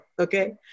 okay